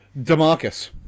DeMarcus